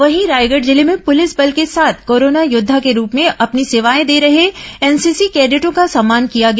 वहीं रायगढ़ जिले में पुलिस बल के साथ कोरोना योद्वा के रूप में अपनी सेवाएं दे रहे एनसीसी कैंडेटों का सम्मान किया गया